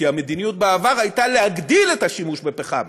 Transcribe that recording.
כי המדיניות בעבר הייתה להגדיל את השימוש בפחם,